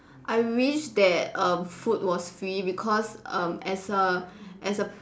I wish that um food was free because um as a as a